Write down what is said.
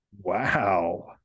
Wow